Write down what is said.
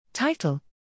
Title